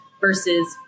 versus